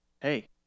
hey